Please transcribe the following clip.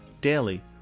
daily